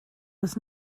was